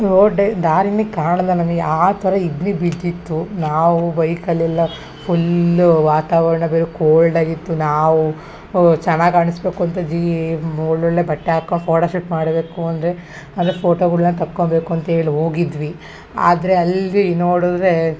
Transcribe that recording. road ದಾರಿಯೇ ಕಾಣಲ್ಲ ನಮಗೆ ಆ ಥರ ಇಬ್ಬನಿ ಬಿದ್ದಿತ್ತು ನಾವು ಬೈಕಲೆಲ್ಲ ಫುಲ್ಲು ವಾತಾವರಣ ಬೇರೆ ಕೋಲ್ಡ್ ಆಗಿತ್ತು ನಾವು ಚೆನ್ನಾಗಿ ಕಾಣಿಸ್ಬೇಕು ಅಂತ ಜೀ ಒಳ್ಳೊಳ್ಳೆಯ ಬಟ್ಟೆ ಹಾಕೊಂಡು ಫೋಟ ಶೂಟ್ ಮಾಡಬೇಕು ಅಂದರೆ ಅಂದರೆ ಫೋಟೋಗಳ್ನ ತಕ್ಕೋಬೇಕು ಅಂತೇಳಿ ಹೋಗಿದ್ವಿ ಆದರೆ ಅಲ್ಲಿ ನೋಡಿದ್ರೆ